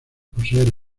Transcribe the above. poseer